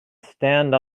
stand